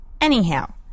Anyhow